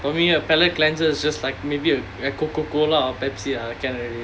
for me a palate cleanser is just like maybe a a Coca-Cola or Pepsi ah can already